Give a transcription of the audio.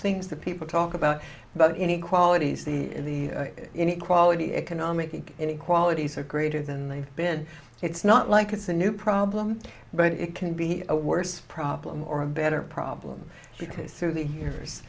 things that people talk about but inequalities the inequality economic inequalities are greater than they've been it's not like it's a new problem but it can be a worse problem or a better problem because through the years